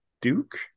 duke